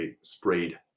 sprayed